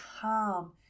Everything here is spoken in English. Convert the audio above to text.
calm